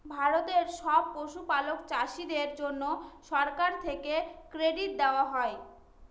ভারতের সব পশুপালক চাষীদের জন্যে সরকার থেকে ক্রেডিট দেওয়া হয়